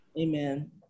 Amen